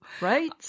Right